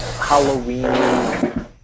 Halloween